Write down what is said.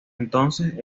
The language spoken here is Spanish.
entonces